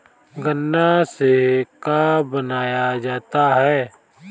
गान्ना से का बनाया जाता है?